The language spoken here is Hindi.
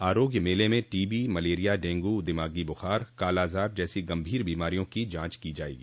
आरोग्य मेले में टीबी मलेरिया डेंगू दिमागी बुख़ार काला ज़ार जैसी गंभीर बीमारियों की जांच की जायेगी